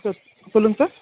sir சொல்லுங்கள் sir